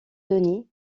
denis